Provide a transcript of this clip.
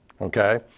Okay